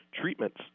treatments